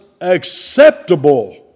acceptable